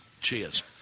Cheers